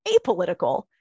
apolitical